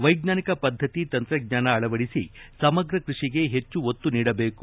ವೈಜ್ಞಾನಿಕ ಪದ್ದತಿ ತಂತ್ರಜ್ಞಾನ ಅಳವಡಿಸಿ ಸಮಗ್ರ ಕೃಷಿಗೆ ಹೆಚ್ಚು ಒತ್ತು ನೀಡಬೇಕು